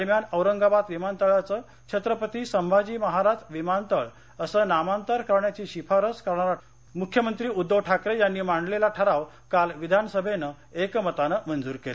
दरम्यान औरंगाबाद विमानतळाचं छत्रपती संभाजी महाराज विमानतळ असं नामांतर करण्याची शिफारस करणारा मुख्यमंत्री उद्धव ठाकरे यांनी मांडलेला ठराव काल विधानसभेनं एकमतानं मंजूर केला